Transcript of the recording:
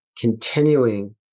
continuing